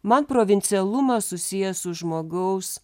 man provincialumas susijęs su žmogaus